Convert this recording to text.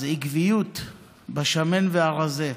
אז עקביות בשמן והרזה.